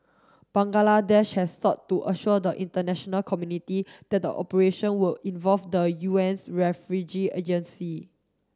Bangladesh has sought to assure the international community that the operation would involve the U N's refugee agency